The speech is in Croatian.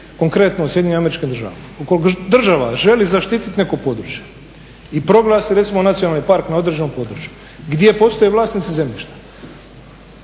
konkretno u SAD-u, ukoliko država želi zaštititi neko područje i proglasi recimo nacionalni park na određenom području gdje postoje vlasnici zemljišta,